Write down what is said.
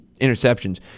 interceptions